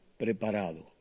preparado